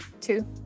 two